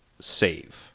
save